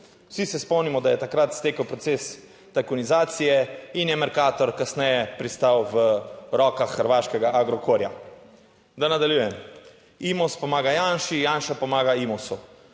Vsi se spomnimo, da je takrat stekel proces tajkunizacije in je Mercator kasneje pristal v rokah hrvaškega Agrokorja. Da nadaljujem, Imos pomaga Janši, Janša pomaga Imosu;